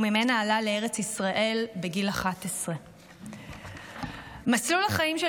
וממנה עלה לארץ ישראל בגיל 11. מסלול החיים של